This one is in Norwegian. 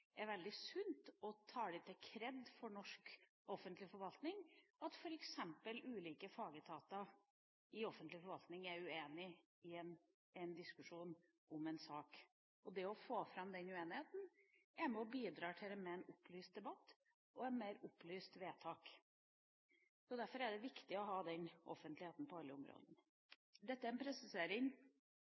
er veldig sunt og gir kred til norsk offentlig forvaltning at f.eks. ulike fagetater i offentlig forvaltning er uenig i en diskusjon om en sak. Det å få fram den uenigheten er med på å bidra til en opplyst debatt og et mer opplyst vedtak. Derfor er det viktig å ha denne offentligheten på alle områder. Dette er en presisering